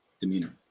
demeanor